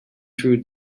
through